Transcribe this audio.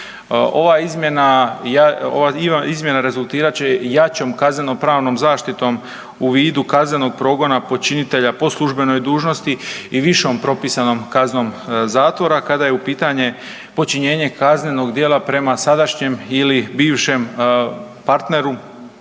ova izmjena rezultirat će jačom kaznenopravnom zaštitom u vidu kaznenog progona počinitelja po službenoj dužnosti i višom propisanom kaznom zatvora kada je u pitanje počinjenje kaznenog djela prema sadašnjem ili bivšem partneru